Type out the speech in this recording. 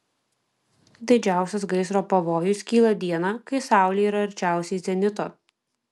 didžiausias gaisro pavojus kyla dieną kai saulė yra arčiausiai zenito